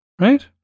right